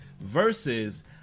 versus